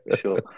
sure